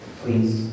please